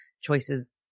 choices